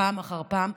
פעם אחר פעם,